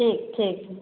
ठीक ठीक